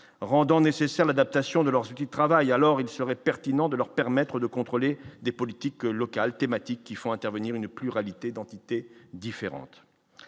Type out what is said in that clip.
rendant nécessaire l'adaptation de leurs qui alors il serait pertinent de leur permettre de contrôler des politiques locales, thématiques qui font intervenir une pluralité d'entités différentes